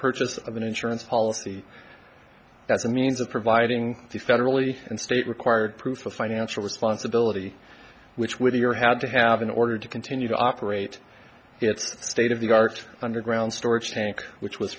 purchase of an insurance policy as a means of providing the federally and state required proof of financial responsibility which would be your had to have in order to continue to operate it's state of the art underground storage tank which was